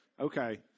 okay